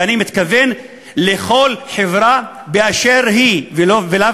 ואני מתכוון לכל חברה באשר היא ולאו